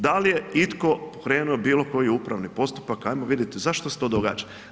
Da li je itko pokrenuo bilo koji upravni postupak, hajmo vidjeti zašto se to događa.